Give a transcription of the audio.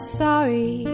sorry